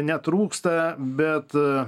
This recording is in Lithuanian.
netrūksta bet